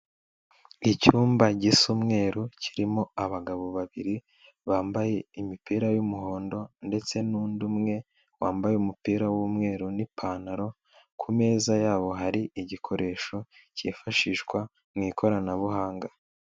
Icyumba gisa umweru kirimo abagabo babiri bambaye imipira y'umuhondo ndetse n'undi umwe wambaye umupira w'umweru n'ipantaro, ku meza yabo hari igikoresho cyifashishwa mu ikoranabuhanga.